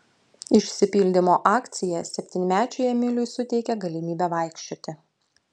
išsipildymo akcija septynmečiui emiliui suteikė galimybę vaikščioti